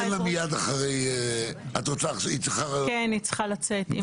היא צריכה לצאת, אם אפשר לתת לה.